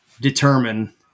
determine